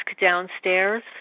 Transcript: downstairs